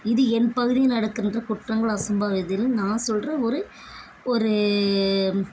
இது என் பகுதி நடக்கின்ற குற்றங்கள் அசம்பாவிதங்கள் நான் சொல்கிற ஒரு ஒரு